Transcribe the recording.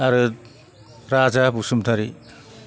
आरो राजा बसुमतारी